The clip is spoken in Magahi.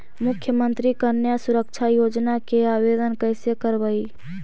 मुख्यमंत्री कन्या सुरक्षा योजना के आवेदन कैसे करबइ?